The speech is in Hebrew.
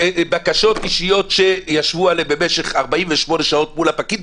בקשות אישיות שישבו עליהן במשך 48 שעות מול הפקיד,